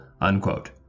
unquote